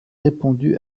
répondu